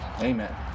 Amen